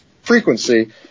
frequency